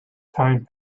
time